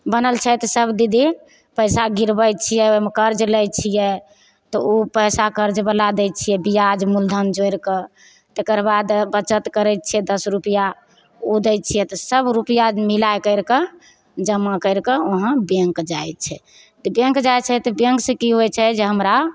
बनल छै सब दीदी पइसा गिरबै छिए ओहिमे कर्ज लै छिए तऽ ओ पइसा कर्जवला दै छिए बिआज मूलधन जोड़िके तकरबाद बचत करै छिए दस रुपैआ ओ दै छिए तऽ सब रुपैआ मिलै करिके जमा करिके वहाँ बैँक जाइ छै तऽ बैँक जाइ छै तऽ बैँकसे कि होइ छै जे हमरा